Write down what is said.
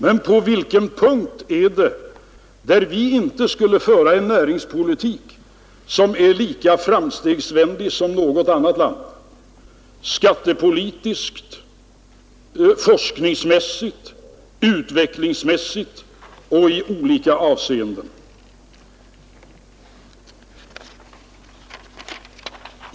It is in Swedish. Men på vilken punkt menar herr Helén att vi i Sverige inte skulle föra en näringspolitik som är lika framstegsvänlig som den man för i något annat land — detta gäller både skattepolitiken, forskningspolitiken och utvecklingen över huvud taget?